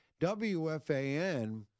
WFAN